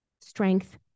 strength